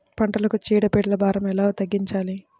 పంటలకు చీడ పీడల భారం ఎలా తగ్గించాలి?